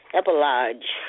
epilogue